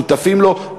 שותפים לו,